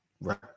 Right